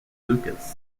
lucas